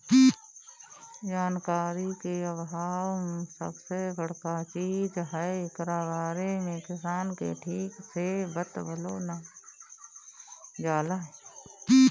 जानकारी के आभाव सबसे बड़का चीज हअ, एकरा बारे में किसान के ठीक से बतवलो नाइ जाला